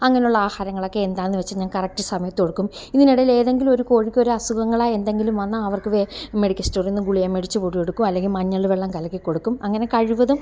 അങ്ങനെയുള്ള ആഹാരങ്ങളൊക്കെ എന്താണെന്നു വെച്ചാൽ ഞാൻ കറക്റ്റ് സമയത്ത് കൊടുക്കും ഇതിനിടയിൽ ഏതെങ്കിലുമൊരു കോഴിക്കൊരു അസുഖങ്ങളാണ് എന്തെങ്കിലും വന്നാൽ അവർക്ക് മെഡിക്കൽ സ്റ്റോറിൽ നിന്ന് ഗുളിക മേടിച്ചു കൂടിയൊടുക്കും അല്ലെങ്കിൽ മഞ്ഞൾ വെള്ളം കലക്കി കൊടുക്കും അങ്ങനെ കഴിവതും